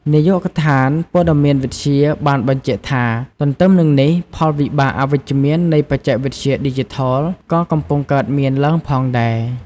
នាយកដ្ឋានព័ត៌មានវិទ្យា បានបញ្ជាក់ថា ទន្ទឹមនឹងនេះ ផលវិបាកអវិជ្ជមាន នៃ បច្ចេកវិទ្យាឌីជីថល ក៏កំពុងកើតមានឡើងផងដែរ។